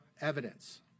evidence